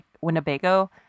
Winnebago